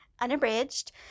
unabridged